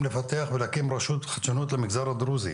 לפתח ולהקים רשות לחדשנות למגזר הדרוזי,